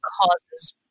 causes